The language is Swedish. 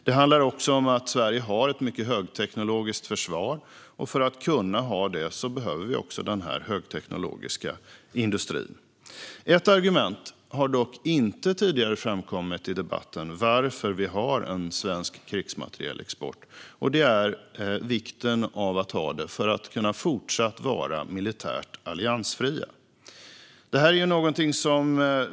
Det handlar också om att Sverige har ett mycket högteknologiskt försvar, och för att kunna ha det behöver vi den högteknologiska industrin. Det finns dock ett argument för att vi har en svensk krigsmaterielexport som inte tidigare har framkommit i debatten. Det handlar om vikten av att ha den för att Sverige fortfarande ska kunna vara militärt alliansfritt.